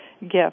gift